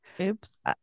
Oops